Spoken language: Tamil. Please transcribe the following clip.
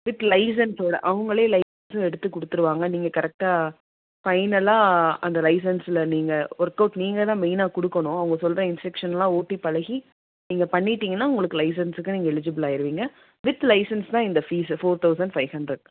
வித் லைசன்ஸோடு அவங்களே லைசன்ஸும் எடுத்து கொடுத்துருவாங்க நீங்கள் கரெக்டாக ஃபைனலாக அந்த லைசன்ஸில் நீங்கள் ஒர்கவுட் நீங்கள் தான் மெயினாக கொடுக்கணும் அவங்க சொல்கிற இன்ஸ்ட்ரக்ஷனெலாம் ஓட்டி பழகி நீங்கள் பண்ணிடீங்கன்னால் உங்களுக்கு லைசன்ஸுக்கு நீங்கள் எலிஜிபிள் ஆகிடுவீங்க வித் லைசன்ஸ் தான் இந்த fees four thousand five hundred